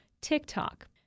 TikTok